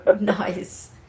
nice